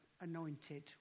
anointed